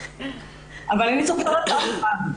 אני זוכרת לך את זה לטובה.